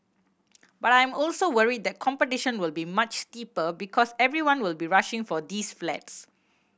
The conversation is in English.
but I am also worried that competition will be much steeper because everyone will be rushing for these flats